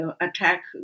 attack